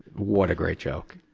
what a great joke.